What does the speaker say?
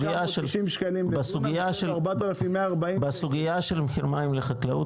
אנחנו בסוגיה של מחיר מים לחקלאות,